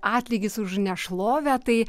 atlygis už nešlovę tai